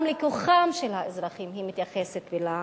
גם לכוחם של האזרחים היא מתייחסת בלעג.